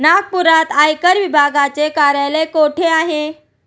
नागपुरात आयकर विभागाचे कार्यालय कुठे आहे?